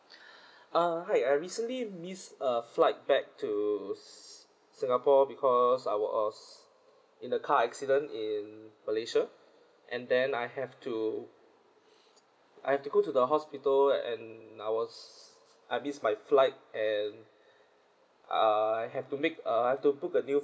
uh hi I recently missed a flight back to singapore because I was in a car accident in malaysia and then I have to I've to go to the hospital and I was I miss my flight and I have to make err I've to book a new